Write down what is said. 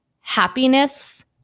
happiness